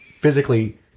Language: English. physically